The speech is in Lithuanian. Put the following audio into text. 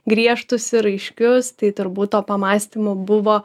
griežtus ir aiškius tai turbūt to pamąstymo buvo